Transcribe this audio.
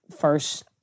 first